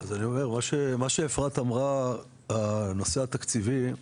אז אני אומר, מה שאפרת אמרה, הנושא התקציבי,